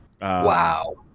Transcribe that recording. Wow